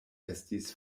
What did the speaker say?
estis